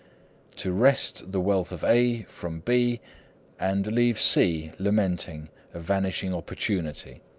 to wrest the wealth of a from b and leave c lamenting a vanished opportunity.